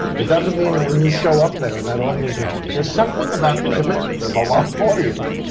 it doesn't mean that when you show up there and that audience is. there's something about the commitment of a live audience.